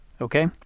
Okay